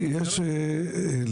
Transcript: יש היום?